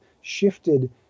shifted